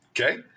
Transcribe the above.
Okay